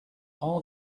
all